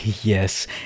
Yes